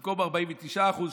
35%,